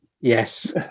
yes